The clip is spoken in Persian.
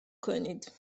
کنید